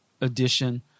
edition